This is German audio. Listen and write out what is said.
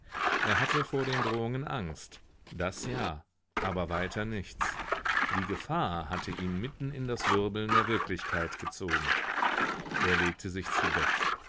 er hatte vor den drohungen angst das ja aber weiter nichts die gefahr hatte ihn mitten in das wirbeln der wirklichkeit gezogen er legte sich zu bett